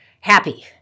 happy